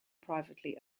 privately